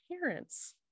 parents